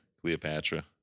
Cleopatra